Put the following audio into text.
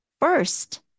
first